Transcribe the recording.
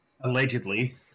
allegedly